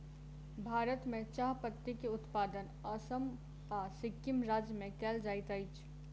भारत में चाह पत्ती के उत्पादन असम आ सिक्किम राज्य में कयल जाइत अछि